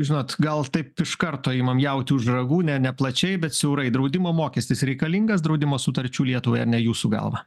žinot gal taip iš karto imam jautį už ragų ne plačiai bet siaurai draudimo mokestis reikalingas draudimo sutarčių lietuvai ar ne jūsų galva